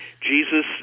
jesus